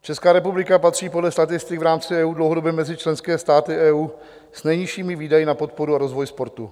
Česká republika patří podle statistik v rámci EU dlouhodobě mezi členské státy EU s nejnižšími výdaji na podporu a rozvoj sportu.